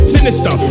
Sinister